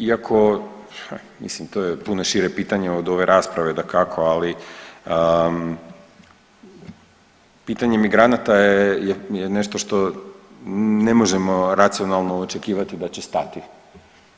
Iako, mislim to je puno šire pitanje od ove rasprave dakako, ali pitanje migranata je nešto što ne možemo racionalno očekivati da će stati